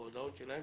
בהודעות שלהם